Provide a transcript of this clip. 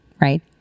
right